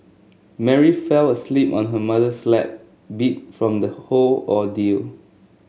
Mary fell asleep on her mother's lap beat from the whole ordeal